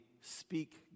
speak